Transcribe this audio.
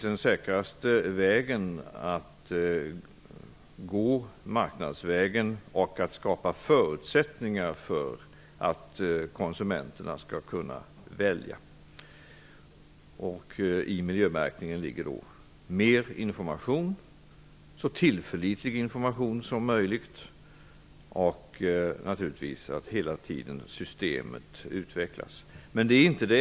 Den säkraste vägen att gå är då marknadsvägen och att skapa förutsättningar för att konsumenten skall kunna välja. När det gäller miljömärkningen innebär detta mer information och så tillförlitlig information som möjligt och att hela tiden utveckla systemet.